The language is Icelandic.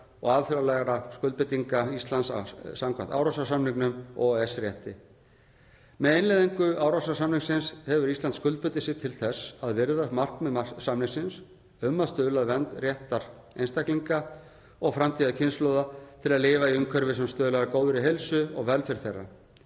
og alþjóðlegra skuldbindinga Íslands samkvæmt Árósasamningnum og EES-rétti. Með innleiðingu Árósasamningsins hefur Ísland skuldbundið sig til þess að virða markmið samningsins um að stuðla að vernd réttar einstaklinga og framtíðarkynslóða til að lifa í umhverfi sem stuðlar að góðri heilsu og velferð þeirra.